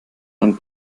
ein